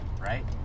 right